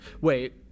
wait